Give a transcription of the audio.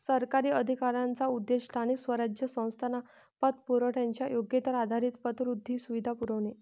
सरकारी अधिकाऱ्यांचा उद्देश स्थानिक स्वराज्य संस्थांना पतपुरवठ्याच्या योग्यतेवर आधारित पतवृद्धी सुविधा पुरवणे